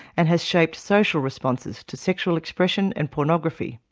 and has shaped social responses to sexual expression and pornography.